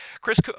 Chris